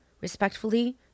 respectfully